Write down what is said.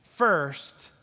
First